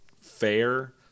fair